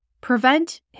prevent